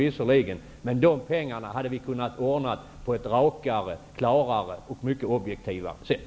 Dessa pengar hade vi kunnat ordna på ett rakare, klarare och mycket objektivare sätt.